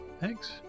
Thanks